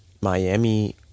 Miami